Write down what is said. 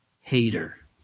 hater